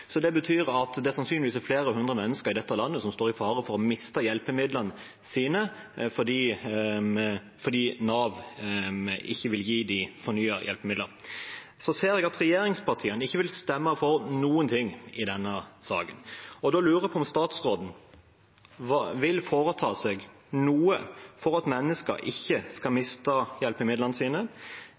Det betyr at det sannsynligvis er flere hundre mennesker i dette landet som står i fare for å miste hjelpemidlene sine fordi Nav ikke vil gi dem fornyede hjelpemidler. Så ser jeg at regjeringspartiene ikke vil stemme for noen ting i denne saken. Da lurer jeg på om statsråden vil foreta seg noe for at mennesker ikke skal miste hjelpemidlene sine.